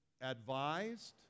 advised